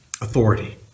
authority